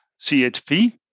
CHP